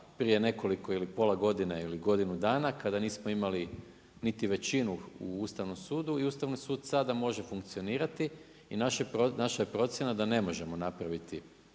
prije nekoliko ili pola godine ili godine dana, kada nismo imali niti većinu u Ustavnom sudu i Ustavni sud sada može funkcionirati i naša je procjena da ne možemo napraviti